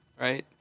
right